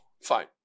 fine